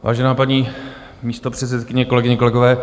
Vážená paní místopředsedkyně, kolegyně, kolegové.